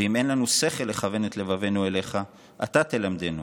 ואם אין לנו שכל לכוון את לבבנו אליך, אתה תלמדנו